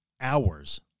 hours